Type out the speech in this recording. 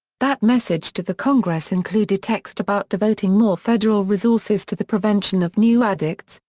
that message to the congress included text about devoting more federal resources to the prevention of new addicts,